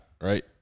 Right